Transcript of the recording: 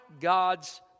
God's